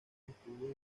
estudios